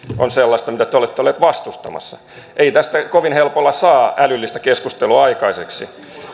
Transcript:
on sellaista mitä te te olette olleet vastustamassa ei tästä kovin helpolla saa älyllistä keskustelua aikaiseksi